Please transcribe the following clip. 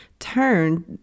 turn